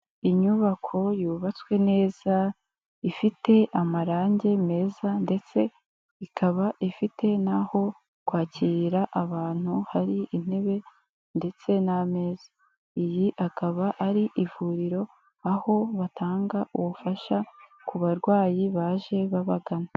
Inyubako yubatswe neza, ifite amarangi meza, ndetse ikaba ifite n'aho kwakira abantu hari intebe ndetse n'ameza. Iyi akaba ari ivuriro, aho batanga ubufasha ku barwayi baje babagana.